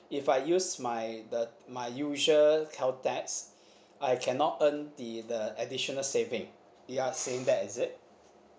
if I use my the my usual caltex I cannot earn the the additional saving you are saying that is it